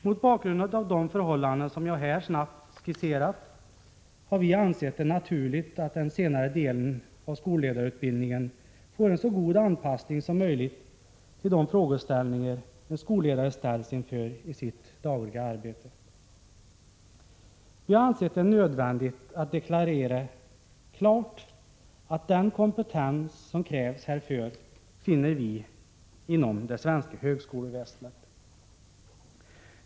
Mot bakgrund av de förhållanden som jag här snabbt skisserat har vi ansett naturligt att den senare delen av skolledarutbildningen får en så god anpassning som möjligt till de frågeställningar en skolledare ställs inför i sitt dagliga arbete. Vi har ansett det nödvändigt att klart deklarera: den kompetens som krävs härför finner vi inom det svenska högskoleväsendet.